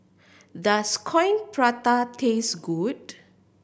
does Coin Prata taste good